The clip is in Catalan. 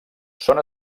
són